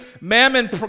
Mammon